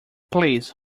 please